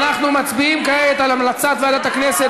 אנחנו מצביעים כעת על המלצת ועדת הכנסת